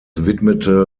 widmete